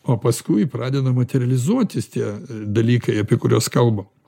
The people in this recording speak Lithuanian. o paskui pradeda materializuotis tie dalykai apie kuriuos kalbam